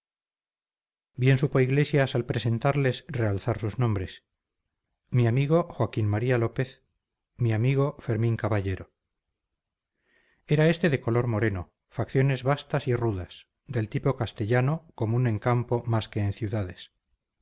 bien supo iglesias al presentarles realzar sus nombres mi amigo joaquín maría lópez mi amigo fermín caballero era este de color moreno facciones bastas y rudas del tipo castellano común en campo más que en ciudades